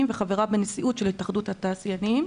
וחברה בנשיאות של התאחדות התעשיינים.